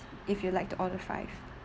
if you'd like to order five